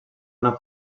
una